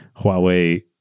Huawei